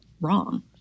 wrong